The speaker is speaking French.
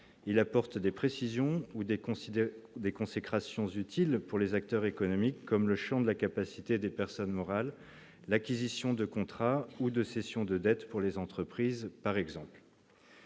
il apporte des précisions ou déconsidérés des consécration 11 utile pour les acteurs économiques comme le Champ de la capacité des personnes morales, l'acquisition de contrats ou de cessions de dettes pour les entreprises, par exemple.